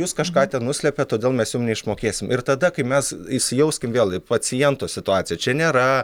jūs kažką ten nuslepiat todėl mes jum neišmokėsim ir tada kai mes įsijauskim vėl į paciento situaciją čia nėra